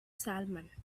salmon